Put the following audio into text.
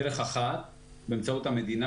דרך אחת היא באמצעות המדינה,